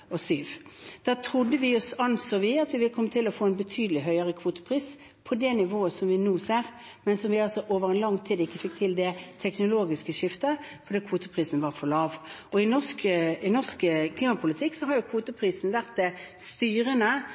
Da anså vi at vi ville komme til å få en betydelig høyere kvotepris, på det nivået som vi nå ser, men der vi altså over lang tid ikke fikk til det teknologiske skiftet fordi kvoteprisen var for lav. I norsk klimapolitikk har kvoteprisen vært det styrende for klimainnsatsen knyttet til kvotepliktig sektor, i tillegg til det vi har